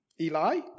Eli